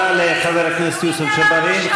תודה לחבר הכנסת יוסף ג'בארין.